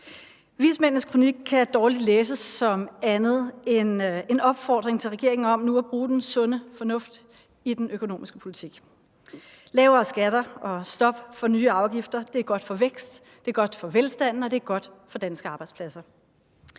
Vismændenes kronik kan dårligt læses som andet end en opfordring til regeringen om nu at bruge den sunde fornuft i den økonomiske politik. Lavere skatter og stop for nye afgifter er godt for væksten, godt for velstanden og godt for danske arbejdspladser.